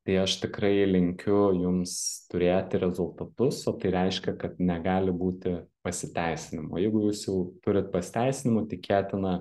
tai aš tikrai linkiu jums turėti rezultatus o tai reiškia kad negali būti pasiteisinimo jeigu jūs jau turit pasiteisinimų tikėtina